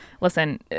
Listen